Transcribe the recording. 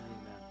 Amen